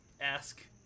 ask